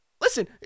listen